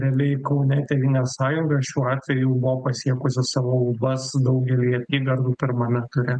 realiai kaune tėvynės sąjunga šiuo atveju jau buvo pasiekusi savo lubas daugely apygardų pirmame ture